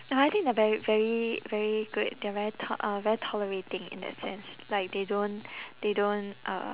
oh I think they're very very very good they're very to~ uh very tolerating in that sense like they don't they don't uh